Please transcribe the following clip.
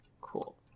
cool